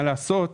מה לעשות,